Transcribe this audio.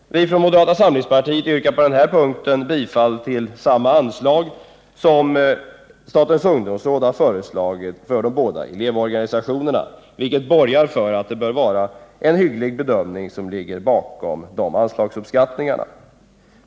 Vi moderater vill på den här punkten bevilja samma anslag som det statens ungdomsråd har föreslagit för de båda elevorganisationerna, vilket borgar för att det bör vara en hygglig bedömning bakom anslagsuppskattningarna.